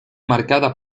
marcada